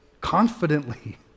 confidently